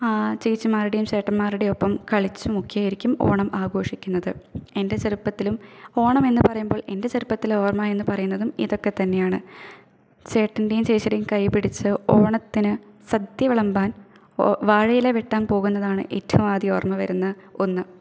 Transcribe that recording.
ചേച്ചിമാരുടെയും ചേട്ടന്മാരുടെയും ഒപ്പം കളിച്ചുമൊക്കെയായിരിക്കും ഓണം ആഘോഷിക്കുന്നത് എൻ്റെ ചെറുപ്പത്തിലും ഓണം എന്ന് പറയുമ്പോൾ എൻ്റെ ചെറുപ്പത്തിലെ ഓർമ്മ എന്ന് പറയുന്നതും ഇതൊക്കെ തന്നെയാണ് ചേട്ടൻ്റെയും ചേച്ചിയുടെയും കൈയുംപിടിച്ച് ഓണത്തിന് സന്ധ്യ വിളമ്പാൻ ഓ വാഴയില വെട്ടാൻ പോകുന്നതാണ് ഏറ്റോം ആദ്യം ഓർമ്മ വരുന്ന ഒന്ന്